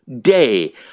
day